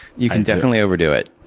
you can definitely overdo it.